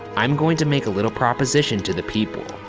i am going to make a little proposition to the people.